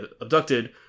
abducted